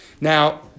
Now